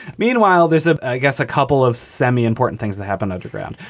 meanwhile there's a i guess a couple of semi important things that happen underground.